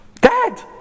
Dad